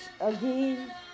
again